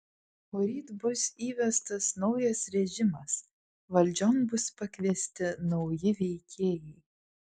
poryt bus įvestas naujas režimas valdžion bus pakviesti nauji veikėjai